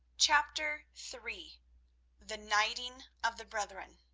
chapter three the knighting of the brethren